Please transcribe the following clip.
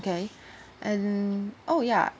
okay and oh ya